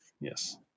yes